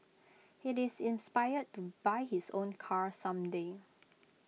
he is inspired to buy his own car some day